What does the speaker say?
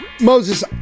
Moses